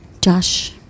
Josh